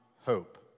hope